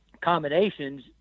combinations